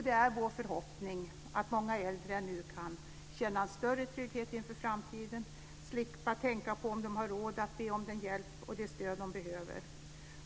Det är vår förhoppning att många äldre nu kan känna en större trygghet inför framtiden och slippa tänka på om de har råd att be om den hjälp och det stöd som de behöver.